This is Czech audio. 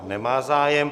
Nemá zájem.